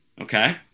Okay